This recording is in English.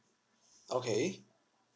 okay